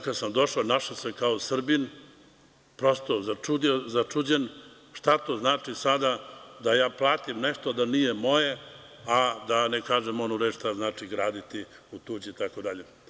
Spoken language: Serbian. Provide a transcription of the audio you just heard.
Kada sam došao našao sam se kao Srbin, prosto začuđen šta to znači sada da ja platim nešto, a da nije moje, a da ne kažem onu reč šta znači graditi u tuđe, itd.